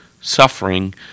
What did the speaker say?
suffering